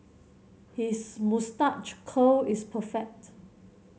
his moustache curl is perfect